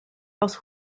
als